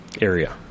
area